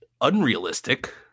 unrealistic